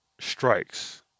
strikes